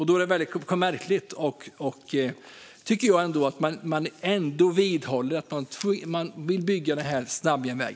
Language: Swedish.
Då är det väldigt märkligt att man ändå vidhåller att man vill bygga denna höghastighetsjärnväg.